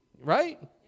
Right